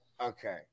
okay